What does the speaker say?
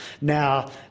Now